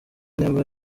nibwo